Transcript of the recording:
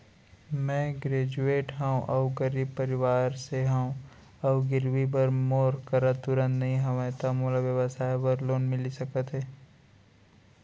मैं ग्रेजुएट हव अऊ गरीब परवार से हव अऊ गिरवी बर मोर करा तुरंत नहीं हवय त मोला व्यवसाय बर लोन मिलिस सकथे?